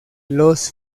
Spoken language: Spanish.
los